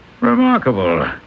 Remarkable